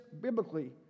biblically